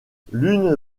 l’une